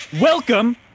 Welcome